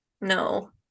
no